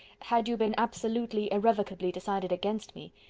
had you been absolutely, irrevocably decided against me,